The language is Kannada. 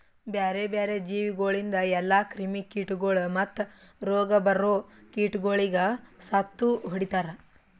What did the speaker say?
ಬ್ಯಾರೆ ಬ್ಯಾರೆ ಜೀವಿಗೊಳಿಂದ್ ಎಲ್ಲಾ ಕ್ರಿಮಿ ಕೀಟಗೊಳ್ ಮತ್ತ್ ರೋಗ ಬರೋ ಕೀಟಗೊಳಿಗ್ ಸತ್ತು ಹೊಡಿತಾರ್